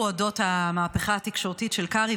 על אודות המהפכה התקשורתית של קרעי,